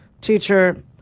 Teacher